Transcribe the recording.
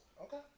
Okay